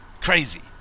crazy